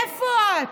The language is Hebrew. איפה את?